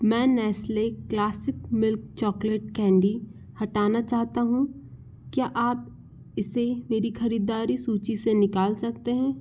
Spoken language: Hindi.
मैं Nestle classic milk chocolate candy हटाना चाहता हूँ क्या आप इसे मेरी ख़रीदारी सूची से निकाल सकते हैं